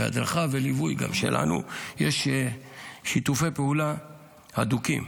בהדרכה וגם בליווי שלנו, ויש שיתופי פעולה הדוקים.